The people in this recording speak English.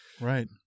right